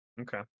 okay